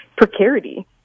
precarity